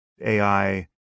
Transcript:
AI